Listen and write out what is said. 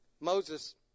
Moses